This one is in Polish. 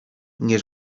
nie